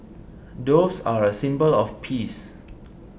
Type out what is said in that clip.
doves are a symbol of peace